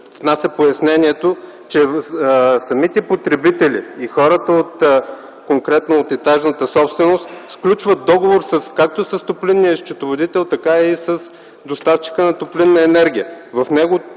внася пояснението, че самите потребители и хората конкретно от етажната собственост, сключват договор както с топлинния счетоводител, така и с доставчика на топлинна енергия.